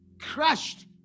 crashed